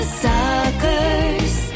suckers